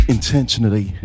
Intentionally